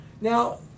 Now